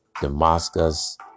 Damascus